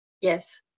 Yes